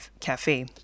cafe